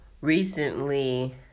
recently